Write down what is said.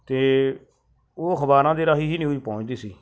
ਅਤੇ ਉਹ ਅਖ਼ਬਾਰਾਂ ਦੇ ਰਾਹੀ ਹੀ ਨਿਊਜ ਪਹੁੰਚਦੀ ਸੀ